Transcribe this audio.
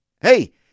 Hey